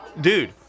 dude